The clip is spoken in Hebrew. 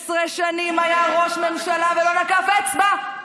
12 שנים היה ראש ממשלה ולא נקף אצבע.